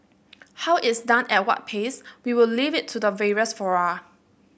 how it's done at what pace we will leave it to the various fora